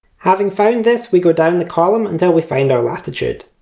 having found this, we go down the column until we find our latitude,